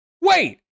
wait